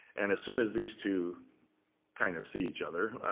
and as soon as these two kind of see each other,